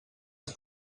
has